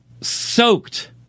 soaked